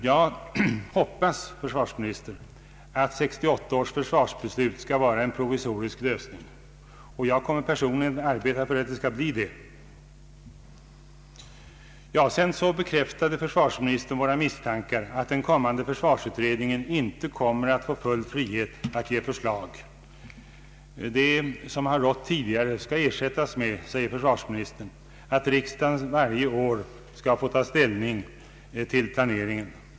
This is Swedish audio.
Jag hoppas visst, herr försvarsminister, att 1968 års försvarsbeslut skall vara en provisorisk lösning, och jag kommer personligen att arbeta för att det skall bli så. Försvarsministern bekräftade våra misstankar att den kommande försvarsutredningen inte skall få full frihet att framlägga förslag. Han sade att det system som tidigare rått skall ersättas med att riksdagen varje år tar ställning till planeringen.